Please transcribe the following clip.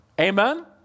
Amen